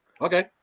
Okay